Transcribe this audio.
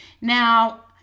Now